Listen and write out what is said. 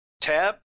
tab